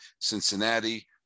Cincinnati